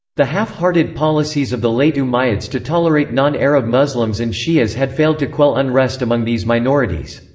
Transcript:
the half-hearted policies of the late umayyads to tolerate non-arab muslims and shias had failed to quell unrest among these minorities.